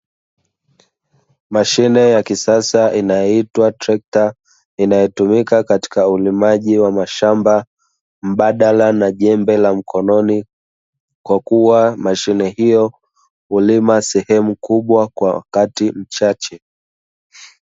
Mashine ya kisasa inayoitwa trekta inayotumika katika ulimaji wa mashamba mbadala na jemebe la mkononi kwakuwa mashine hiyo hulima sehemu kubwa kwa wakati mchache.